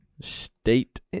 State